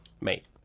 mate